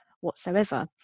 whatsoever